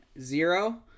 zero